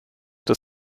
des